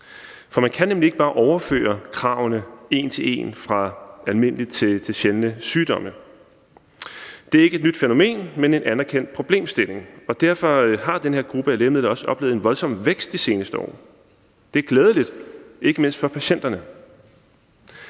for man kan nemlig ikke bare overføre kravene en til en fra almindelige til sjældne sygdomme. Det er ikke et nyt fænomen, men en anerkendt problemstilling. Derfor har den her gruppe af lægemidler også oplevet en voldsom vækst i de seneste år. Det er glædeligt, ikke mindst for patienterne.